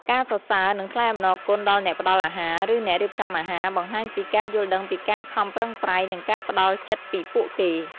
ការសរសើរ និងថ្លែងអំណរគុណដល់អ្នកផ្ដល់អាហារ ឬអ្នករៀបចំអាហារ បង្ហាញពីការយល់ដឹងពីការខំប្រឹងប្រែង និងការផ្តល់ចិត្តពីពួកគេ។